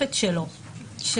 המעטפת שלו.